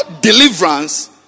deliverance